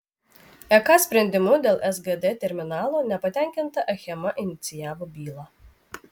ek sprendimu dėl sgd terminalo nepatenkinta achema inicijavo bylą